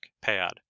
pad